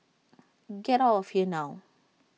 get out of here now